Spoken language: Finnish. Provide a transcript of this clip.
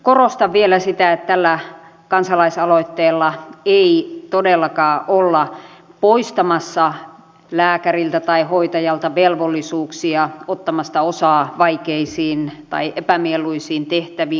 korostan vielä sitä että tällä kansalaisaloitteella ei todellakaan olla poistamassa lääkäriltä tai hoitajalta velvollisuuksia ottaa osaa vaikeisiin tai epämieluisiin tehtäviin